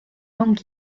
longue